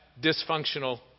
dysfunctional